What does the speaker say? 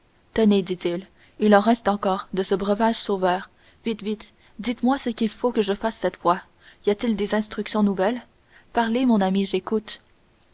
tenez dit-il il en reste encore de ce breuvage sauveur vite vite dites-moi ce qu'il faut que je fasse cette fois y a-til des instructions nouvelles parlez mon ami j'écoute